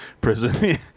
prison